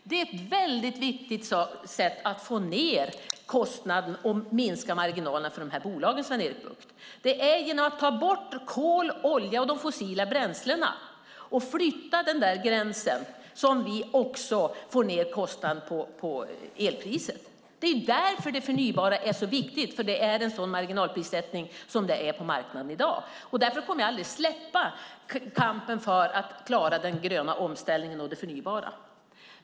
Det är ett väldigt viktigt sätt att få ned kostnaden och minska marginalerna för de här bolagen, Sven-Erik Bucht. Det är genom att ta bort kol, olja och de fossila bränslena och flytta den där gränsen som vi får ned elpriserna. Det är därför det förnybara är så viktigt, när det är en sådan marginalprissättning som det är på marknaden i dag. Därför kommer jag aldrig att släppa kampen för att klara den gröna omställningen och det förnybara.